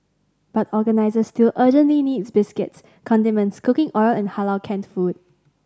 but organisers still urgently need biscuits condiments cooking oil and Halal canned food